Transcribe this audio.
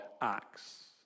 acts